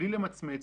בלי למצמץ,